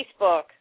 Facebook